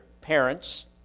parents